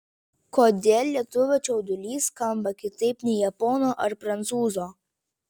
kodėl lietuvio čiaudulys skamba kitaip nei japono ar prancūzo